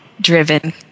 Driven